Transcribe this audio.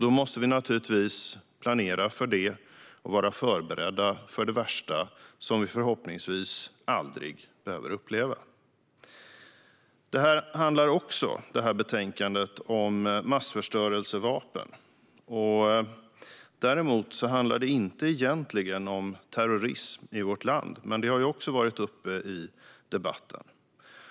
Vi måste naturligtvis planera för detta och vara förberedda på det värsta, som vi förhoppningsvis aldrig behöver uppleva. Detta betänkande handlar också om massförstörelsevapen. Däremot handlar det egentligen inte om terrorism i vårt land, även om detta också har varit uppe i debatten.